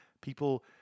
people